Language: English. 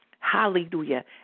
Hallelujah